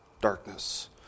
darkness